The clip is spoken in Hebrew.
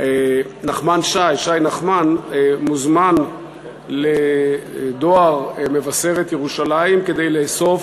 ששי נחמן מוזמן לדואר מבשרת-ירושלים כדי לאסוף